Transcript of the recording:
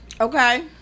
okay